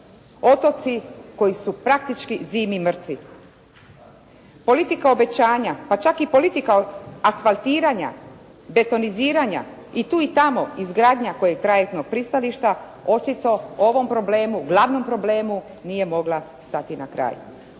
otoci koji su praktički zimi mrtvi. Politika obećanja pa čak i politika asfaltiranja, betoniziranja i tu i tamo izgradnja kojeg trajektnog pristaništa očito ovom problemu, glavnom problemu nije mogla stati na kraj.